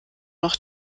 noch